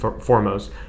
foremost